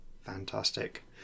Fantastic